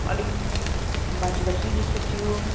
अलिक बासी बासी जस्तो थियो